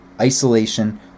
isolation